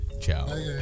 Ciao